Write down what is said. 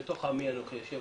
בתוך עמי אנוכי יושב,